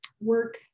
work